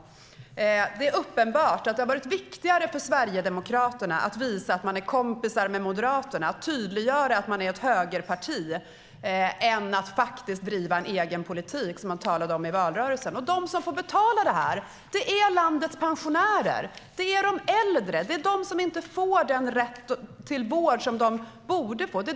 Det är uppenbart att det har varit viktigare för Sverigedemokraterna att visa att man är kompis med Moderaterna och tydliggöra att man är ett högerparti än att driva en egen politik som man talade om i valrörelsen. De som får betala för detta är landets pensionärer, de äldre som inte får den rätt till vård som de borde få.